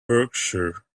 berkshire